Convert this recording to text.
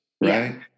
right